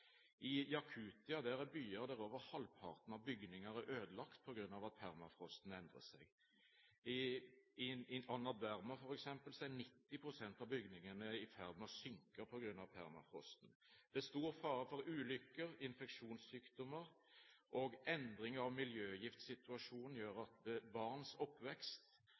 I Jakutia er det byer der over halvparten av bygningene er ødelagt på grunn av at permafrosten endrer seg. I Anderma, f.eks., er 90 pst. av bygningene i ferd med å synke på grunn av permafrosten. Det er stor fare for ulykker og infeksjonssykdommer, og endringer av miljøgiftsituasjonen gjør at